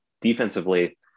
defensively